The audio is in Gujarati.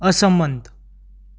અસંમત